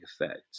effect